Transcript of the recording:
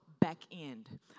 back-end